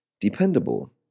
dependable